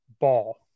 ball